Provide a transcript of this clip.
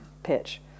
pitch